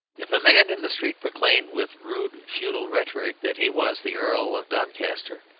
if a man in the street proclaimed, with rude feudal rhetoric, that he was the earl of doncaster,